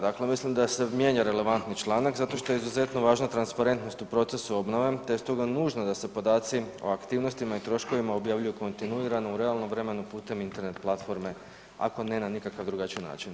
Dakle, mislim da se mijenja relevantni članak zato što je izuzetno važna transparentnost u procesu obnove, te je stoga nužno da se podaci o aktivnostima i troškovima objavljuju kontinuirano u realnom vremenu putem Internet platforme ako ne na nikakav drugačiji način.